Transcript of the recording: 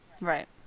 Right